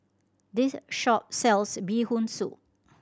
this shop sells Bee Hoon Soup